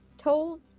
told